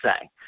say